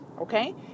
Okay